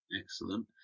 Excellent